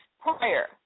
prior